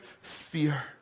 fear